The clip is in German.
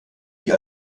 die